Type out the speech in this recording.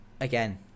Again